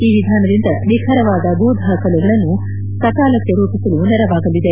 ಈ ವಿಧಾನದಿಂದ ನಿಖರವಾದ ಭೂದಾಖಲೆಗಳನ್ನು ಸಕಾಲಕ್ಕೆ ರೂಪಿಸಲು ನೆರವಾಗಲಿದೆ